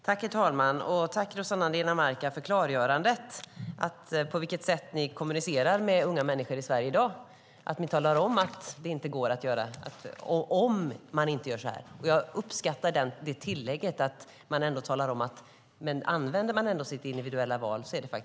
Herr talman! Tack, Rossana Dinamarca, för klargörandet om på vilket sätt ni kommunicerar med unga människor i Sverige i dag. Ni talar om att det inte går om de inte gör si eller så. Jag uppskattar tillägget att man säger att om eleverna använder sitt individuella val klarar de det.